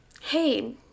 hey